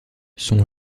son